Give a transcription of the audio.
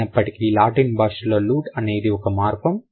అయినప్పటికీ లాటిన్ భాషలో లూట్ అనేది ఒక మార్ఫిమ్